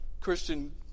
Christian